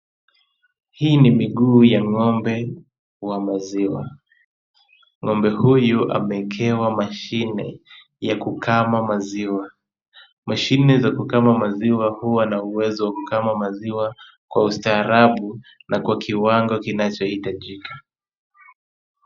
Hii ni miguu ya ng'ombe wa maziwa. Ng'ombe huyu amewekewa mashine ya kukama maziwa. Mashine za kukama maziwa huwa na uwezo wa kukama maziwa kwa ustaarabu na kwa kiwango kinachohitajika.